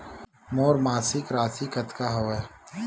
मोर मासिक राशि कतका हवय?